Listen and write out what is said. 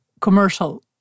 commercial